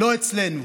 לא אצלנו.